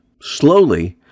Slowly